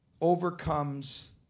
overcomes